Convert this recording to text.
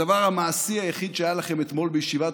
הדבר המעשי היחיד שהיה לכם אתמול בישיבת